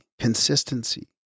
consistency